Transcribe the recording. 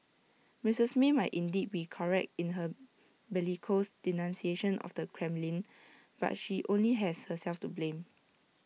Mistress may might indeed be correct in her bellicose denunciation of the Kremlin but she only has herself to blame